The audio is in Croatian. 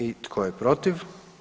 I tko je protiv?